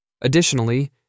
Additionally